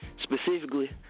specifically